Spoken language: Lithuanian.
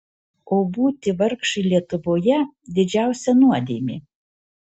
o būti vargšui lietuvoje didžiausia nuodėmė